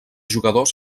jugadors